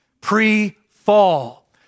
pre-fall